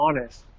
honest